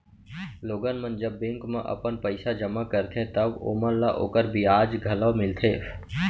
लोगन मन जब बेंक म अपन पइसा जमा करथे तव ओमन ल ओकर बियाज घलौ मिलथे